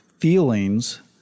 Feelings